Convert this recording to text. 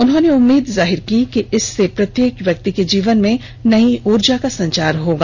उन्होने उम्मीद जाहिर की कि इससे प्रत्येक व्यक्ति के जीवन में नई ऊर्जा का संचार होगा